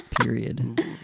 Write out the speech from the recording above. period